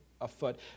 afoot